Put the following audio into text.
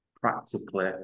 practically